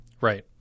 Right